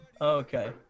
Okay